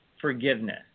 forgiveness